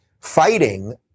fighting